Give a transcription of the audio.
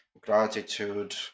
gratitude